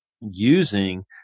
using